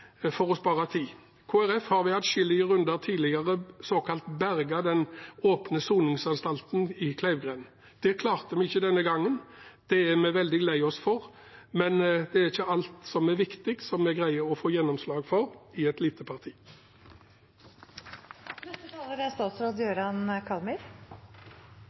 for å spare tid. Kristelig Folkeparti har ved atskillige runder tidligere såkalt berget den åpne soningsanstalten i Kleivgrend. Det klarte vi ikke denne gangen. Det er vi veldig lei oss for, men det er ikke alt som er viktig, som vi greier å få gjennomslag for i et lite parti. Da er